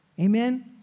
Amen